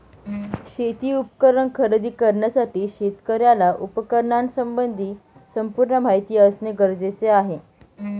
शेती उपकरण खरेदी करण्यासाठी शेतकऱ्याला उपकरणासंबंधी संपूर्ण माहिती असणे गरजेचे आहे